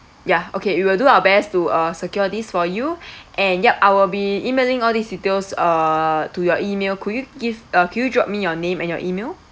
ya okay we will do our best to uh secure this for you and yup I will be emailing all these details uh to your email could you give uh could you drop me your name and your email